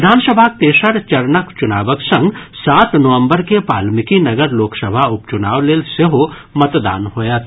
विधानसभाक तेसर चरणक चुनावक संग सात नवम्बर के वाल्मीकिनगर लोकसभा उप चुनाव लेल सेहो मतदान होयत